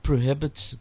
Prohibits